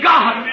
God